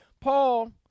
Paul